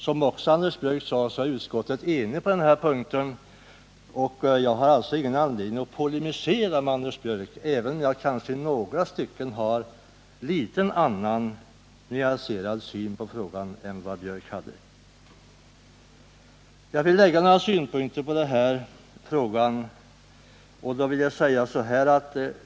Som också Anders Björck sade är utskottet enigt på den här punkten. Jag har alltså ingen anledning att polemisera mot Anders Björck även om jag i vissa stycken har en något annan syn på frågorna än han hade. Jag vill anlägga några synpunkter på det här avsnittet.